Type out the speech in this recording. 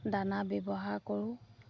দানা ব্যৱহাৰ কৰোঁ